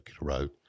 Road